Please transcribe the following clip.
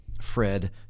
Fred